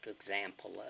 example